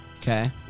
Okay